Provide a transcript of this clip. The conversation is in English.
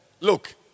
Look